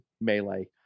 melee